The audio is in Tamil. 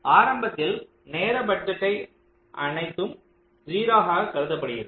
ஆரம்பத்தில் நேர பட்ஜெட்டை அனைத்தும் 0 களாக கருதப்படுகிறது